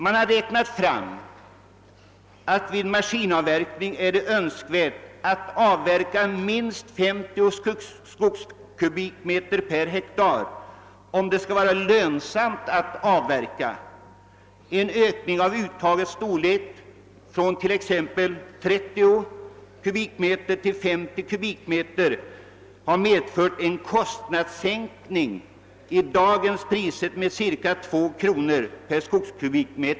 Man har räknat fram att det är önskvärt att vid maskinavverkning avverka minst 50 m3 per hektar om det skall vara lönsamt att avverka. En ökning av uttagets storlek från t.ex. 30 m3 sk till 50 m3 sk per har medfört en kostnadssänkning i dagens priser med ca 2 kronor per m3 sk.